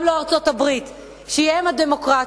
גם לא ארצות-הברית שהיא אם הדמוקרטיות,